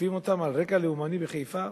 ותוקפים אותם על רקע לאומני בחיפה?